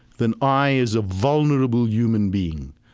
then i, as a vulnerable human being,